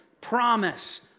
promise